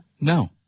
No